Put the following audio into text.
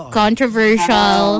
controversial